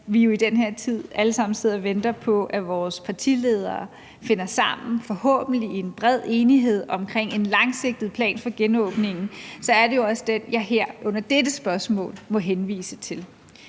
og venter på, at vores partiledere finder sammen – forhåbentlig i en bred enighed – omkring en langsigtet plan for genåbningen, så er det jo også den, jeg her